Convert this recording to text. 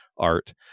art